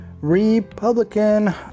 Republican